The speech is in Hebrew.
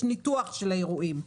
יש ניתוח של האירועים.